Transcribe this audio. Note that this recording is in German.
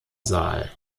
saal